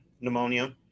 pneumonia